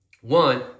One